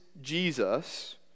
Jesus